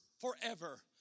forever